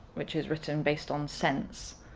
which is written based on sense,